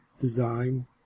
design